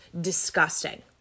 disgusting